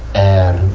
and,